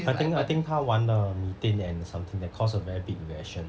I think I think 他玩了 methane and something that caused a very big reaction